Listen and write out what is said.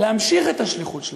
להמשיך את השליחות שלהם,